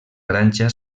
granja